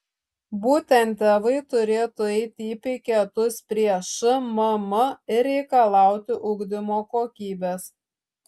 būtent tėvai turėtų eiti į piketus prie šmm ir reikalauti ugdymo kokybės